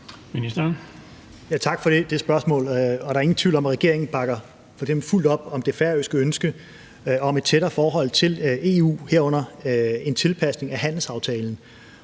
Tak for spørgsmålet. Der er ingen tvivl om, at regeringen bakker fuldt op om det færøske ønske om et tættere forhold til EU, herunder en tilpasning af handelsaftalen.